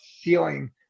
feeling